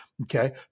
okay